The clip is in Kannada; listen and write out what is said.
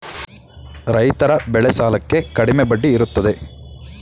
ರೈತರ ಬೆಳೆ ಸಾಲಕ್ಕೆ ಕಡಿಮೆ ಬಡ್ಡಿ ಇರುತ್ತದೆ